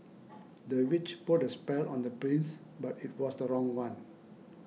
the witch put a spell on the prince but it was the wrong one